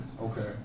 okay